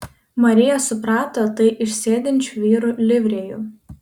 marija suprato tai iš sėdinčių vyrų livrėjų